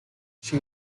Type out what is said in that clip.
she